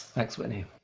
thanks, whitney.